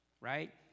right